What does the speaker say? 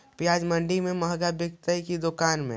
प्याज मंडि में मँहगा बिकते कि दुकान में?